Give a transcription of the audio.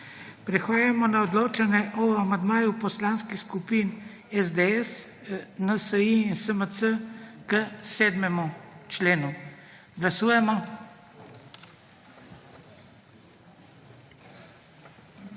Prehajamo na odločanje o amandmaju poslanskih skupin SDS, NSi in SMC k 7. členu. Glasujemo.